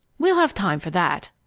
we'll have time for that.